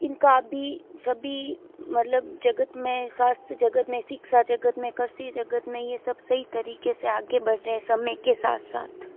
इन का भी सभी मतलब जगत में स्वास्थ्य जगत में शिक्षा जगत में कृषि जगत में ये सब सही तरीक़े से आगे बढ़ रहे हैं समय के साथ साथ